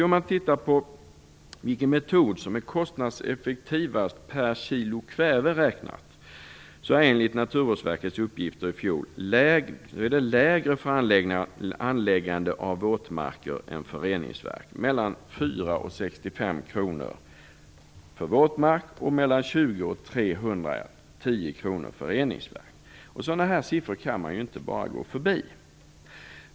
Om man tittar på vilken metod som är kostnadseffektivast finner man att kostnaden per kilo kväve enligt Naturvårdsverkets uppgifter i fjol är lägre för anläggande av våtmarker än för reningsverk - mellan 4 och 65 kr för våtmark och mellan 20 och 310 kr för reningsverk. Sådana siffror kan man inte bara gå förbi.